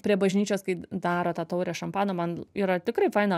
prie bažnyčios kai daro tą taurę šampano man yra tikrai faina